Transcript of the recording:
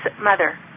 mother